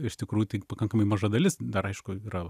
iš tikrųjų tai pakankamai maža dalis dar aišku yra